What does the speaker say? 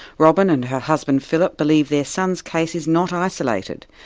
robyn and her husband phillip believe their son's case is not isolated,